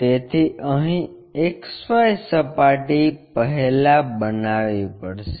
તેથી અહીં XY સપાટી પહેલા બનાવવી પડશે